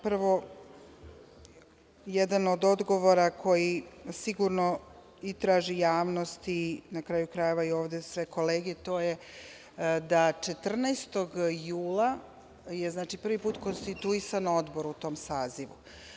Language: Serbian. Prvo, jedan od odgovora koji sigurno i traži javnost i na kraju krajeva i sve kolege, to je da 14. jula je prvi put konstituisan odbor u tom sazivu.